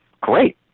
great